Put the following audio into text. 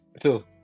Phil